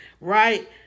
right